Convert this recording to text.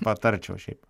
patarčiau šiaip